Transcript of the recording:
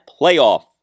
playoff